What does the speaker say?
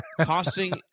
costing